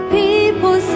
people